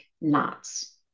knots